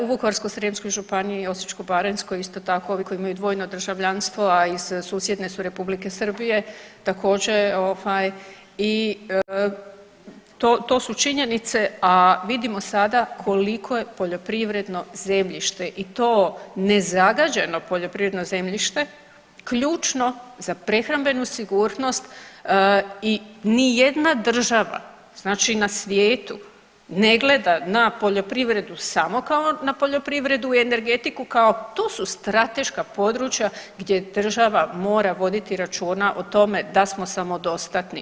U Vukovarsko-srijemskoj županiji i Osječko-baranjskoj isto tako ovi koji imaju dvojno državljanstvo a iz susjedne su Republike Srbije također i to su činjenice, a vidimo sada koliko je poljoprivredno zemljište i to nezagađeno poljoprivredno zemljište ključno za prehrambenu sigurnost i ni jedna država znači na svijetu ne gleda na poljoprivredu samo kao na poljoprivredu i energetiku kao to su strateška područja gdje država mora voditi računa o tome da smo samodostatni.